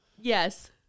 Yes